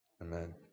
Amen